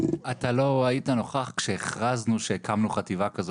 אתה לא היית נוכח כשהכרזנו שהקמנו חטיבה כזו